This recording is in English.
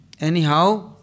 anyhow